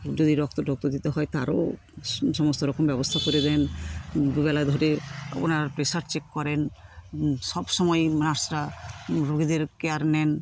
যদি রক্ত টক্ত দিতে হয় তারও সমস্তরকম ব্যবস্থা করে দেন দুবেলা ধরে ওনার প্রেশার চেক করেন সব সময়েই নার্সরা রুগিদের কেয়ার নেন